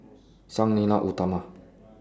Sang Nila Utama